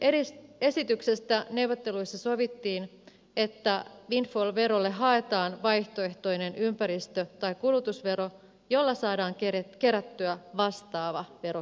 vihreiden esityksestä neuvotteluissa sovittiin että windfall verolle haetaan vaihtoehtoinen ympäristö tai kulutusvero jolla saadaan kerättyä vastaava verokertymä